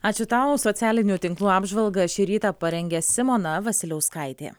ačiū tau socialinių tinklų apžvalga šį rytą parengė simona vasiliauskaitė